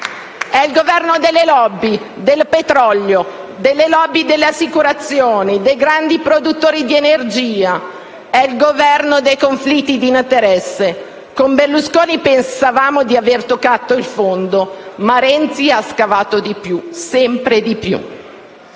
È il Governo delle *lobby* del petrolio, delle *lobby* delle assicurazioni, dei grandi produttori di energia, è il Governo dei conflitti di interesse. Con Berlusconi pensavamo di aver toccato il fondo, ma Renzi ha scavato di più, sempre di più.